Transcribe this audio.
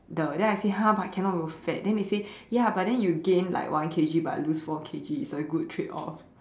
the then I say !huh! but I cannot grow fat but then they say ya but you gain one K_G but lose four K_G so it's a good trade off